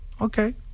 Okay